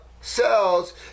cells